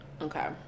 okay